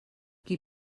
qui